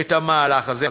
את המהלך הזה.